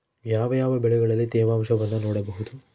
ಯಾವ ಯಾವ ಬೆಳೆಗಳಲ್ಲಿ ತೇವಾಂಶವನ್ನು ನೋಡಬಹುದು?